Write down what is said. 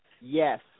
Yes